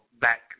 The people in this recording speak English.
back